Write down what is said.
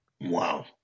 Wow